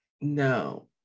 no